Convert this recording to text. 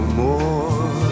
more